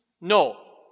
No